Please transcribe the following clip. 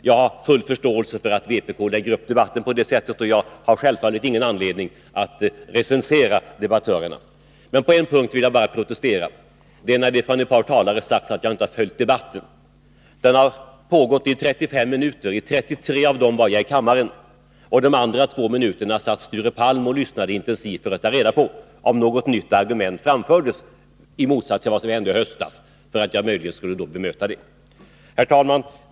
Jag har full förståelse för att vpk lägger upp debatten på det sättet, och självfallet har jag ingen anledning att recensera debattörerna. Men på en punkt vill jag protestera. Ett par talare har nämligen sagt att jag inte har följt debatten. Men denna har nu pågått i 35 minuter, och i hela 33 minuter har jag varit här i kammaren. De övriga två minuterna satt Sture Palm och lyssnade intensivt för att ta reda på om några nya argument skulle framföras, jämfört med vad som hände i höstas, så att jag skulle kunna bemöta dessa. Fru talman!